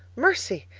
mercy!